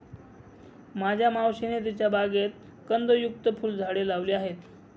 माझ्या मावशीने तिच्या बागेत कंदयुक्त फुलझाडे लावली आहेत